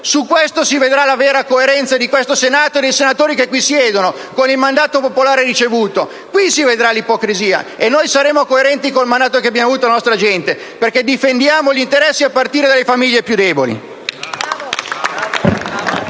Su questo si vedrà la vera coerenza di questo Senato e dei senatori che vi siedono, con il mandato popolare ricevuto. Qui si vedrà l'ipocrisia, e noi saremo coerenti con il mandato che abbiamo ricevuto dalla nostra gente, perché difendiamo gli interessi dei cittadini, a partire dalle famiglie più deboli.